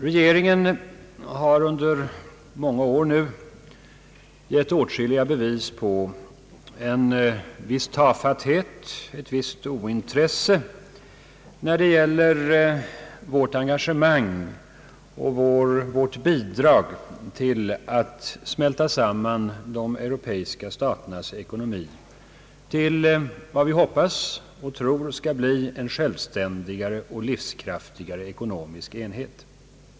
Regeringen har under många år gett åtskilliga bevis på en viss tafatthet, ett visst ointresse när det gäller vårt engagemang och vårt bidrag till att smälta samman de europeiska staternas ekonomi till vad vi hoppas och tror skall bli en självständigare och livskraftigare ekonomisk enhet.